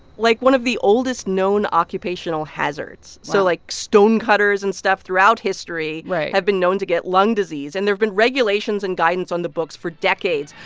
like, one of the oldest known occupational hazards wow so, like, stone cutters and stuff throughout history. right. have been known to get lung disease, and there've been regulations and guidance on the books for decades.